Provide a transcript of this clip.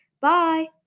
Bye